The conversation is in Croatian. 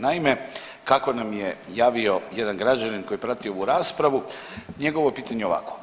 Naime, kako nam je javio jedan građanin koji prati ovu raspravu njegovo pitanje je ovako.